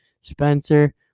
Spencer